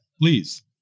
please